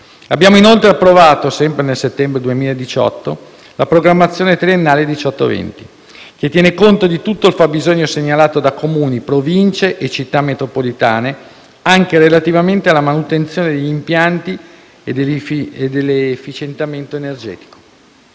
Abbiamo inoltre approvato, sempre nel settembre 2018, la programmazione triennale 2018-2020 che tiene conto di tutto il fabbisogno segnalato da Comuni, Province e Città metropolitane anche relativamente alla manutenzione degli impianti e all'efficientamento energetico.